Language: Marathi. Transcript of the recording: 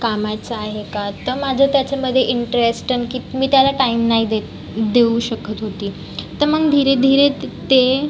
कामाचं आहे का तर माझं त्याच्यामध्ये इंट्रेस्टं किती मी त्याला टाईम नाही देत देऊ शकत होती तर मग धीरे धीरे तर ते